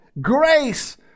grace